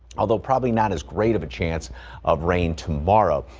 although probably not as great of a chance of rain tomorrow.